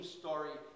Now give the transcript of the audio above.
story